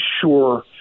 sure